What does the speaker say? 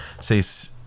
say